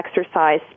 exercise